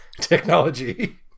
technology